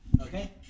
okay